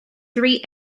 three